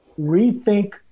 rethink